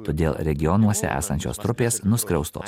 todėl regionuose esančios trupės nuskriausto